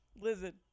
Listen